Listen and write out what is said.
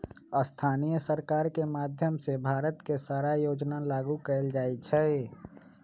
स्थानीय सरकार के माधयम से भारत के सारा योजना लागू कएल जाई छई